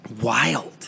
Wild